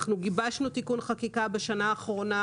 אנחנו גיבשנו תיקון חקיקה בשנה האחרונה